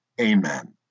Amen